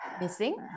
missing